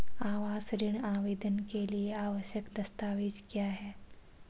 आवास ऋण आवेदन के लिए आवश्यक दस्तावेज़ क्या हैं?